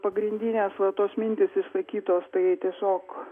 pagrindinės va tos mintys išsakytos tai tiesiog